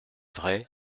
vrai